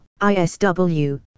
ISW